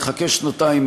נחכה שנתיים,